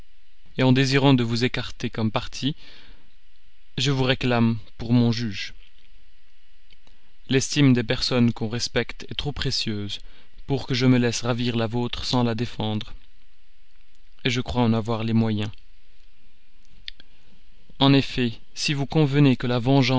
délicatesse en désirant de vous écarter comme partie je vous réclame pour mon juge l'estime des personnes qu'on respecte est trop précieuse pour que je me laisse ravir la vôtre sans la défendre je crois en avoir les moyens en effet si vous convenez que la vengeance